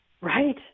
Right